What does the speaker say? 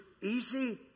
easy